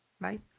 right